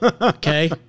Okay